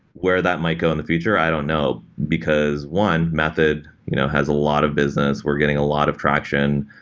where that might go in the future, i don't know, because, one method you know has a lot of business. we're getting a lot of traction.